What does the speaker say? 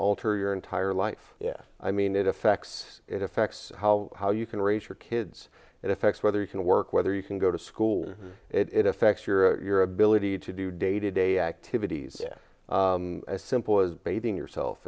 alter your entire life yes i mean it affects it affects how how you can raise your kids it affects whether you can work whether you can go to school it affects your your ability to do day to day activities as simple as bathing yourself